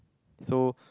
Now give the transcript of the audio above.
so